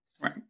Right